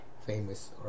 famous